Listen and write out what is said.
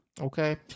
okay